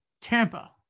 Tampa